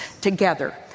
together